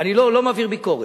אני לא מעביר ביקורת,